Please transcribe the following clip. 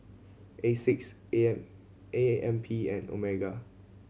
Asics A M A M P M Omega